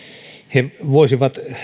he voisivat